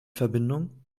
verbindung